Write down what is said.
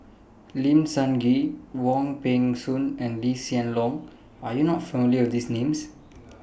Lim Sun Gee Wong Peng Soon and Lee Hsien Loong Are YOU not familiar with These Names